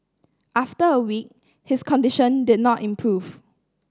after a week his condition did not improve